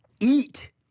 eat